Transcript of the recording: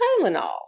Tylenol